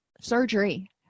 surgery